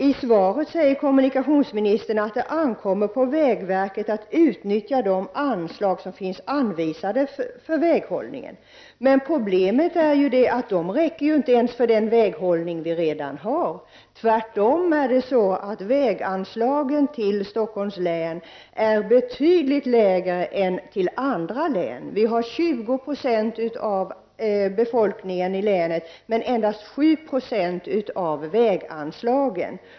I svaret säger kommunikationsministern: ”Det ankommer på vägverket att utnyttja de anslag som finns anvisade till väghållningen ——--.” Men problemet är ju att dessa anslag inte ens räcker till den väghållning som vi redan har. Tvärtom är väganslagen till Stockholms län betydligt lägre än anslagen till andra län. Södertälje har 20 26 av befolkningen i länet, men endast 7 9o av väganslagen.